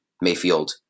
Mayfield